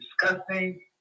disgusting